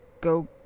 go